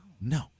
no